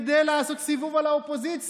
כדי לעשות סיבוב על האופוזיציה,